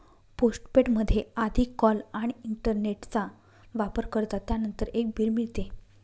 postpaid मध्ये आधी call आणि इंटरनेटचा वापर करतात, त्यानंतर एक बिल मिळते